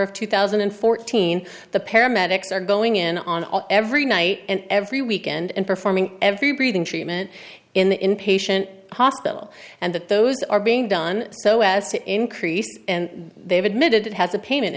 of two thousand and fourteen the paramedics are going in on every night and every weekend and performing every breathing treatment in patient hospital and that those are being done so as to increase and they've admitted it has a payment